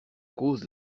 cause